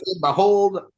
behold